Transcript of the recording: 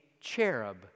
cherub